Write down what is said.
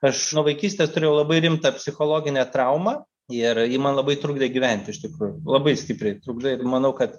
aš nuo vaikystės turėjau labai rimta psichologinę traumą ir ji man labai trukdė gyventi iš tikrųjų labai stipriai trukdė ir manau kad